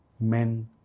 Men